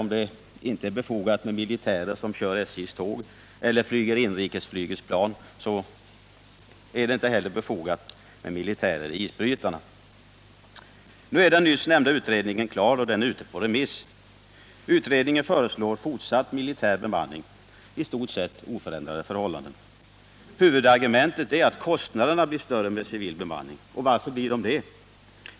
Om det inte är befogat att ha militärer som kör SJ:s tåg eller flyger inrikesflygets plan är det inte heller befogat med militärer i isbrytarna. Nu är den nyss nämnda utredningen klar och dess betänkande är ute på remiss. Utredningen föreslår fortsatt militär bemanning och i stort sett oförändrade förhållanden. Huvudargumentet för det är att kostnaderna blir större med civil bemanning. Och varför?